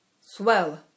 Swell